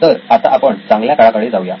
तर आता आपण चांगल्या काळाकडे जाऊया